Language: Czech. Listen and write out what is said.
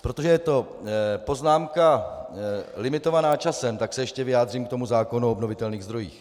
Protože je to poznámka limitovaná časem, tak se ještě vyjádřím k zákonu o obnovitelných zdrojích.